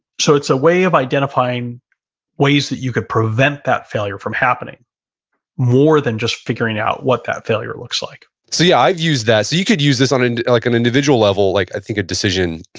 so, it's a way of identifying ways that you could prevent that failure from happening more than just figuring out what that failure looks like so yeah, i've used that. so, you could use this on and like an individual level. like i think a decision,